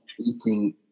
eating